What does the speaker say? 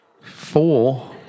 four